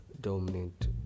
dominate